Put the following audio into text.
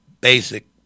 basic